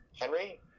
Henry